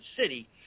city